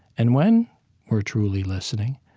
and when we're truly listening,